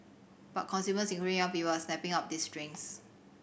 but consumers including young people are snapping up these drinks